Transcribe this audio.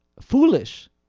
foolish